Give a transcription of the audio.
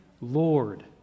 Lord